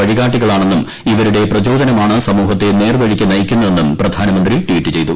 വഴികാട്ടികളാണെന്നും ഇവരുടെ പ്രചോദനമാണ് സമൂഹത്തെ നേർവഴിക്ക് നയിക്കുന്നതെന്നും പ്രധാനമന്ത്രി ട്വീറ്റ് ചെയ്തു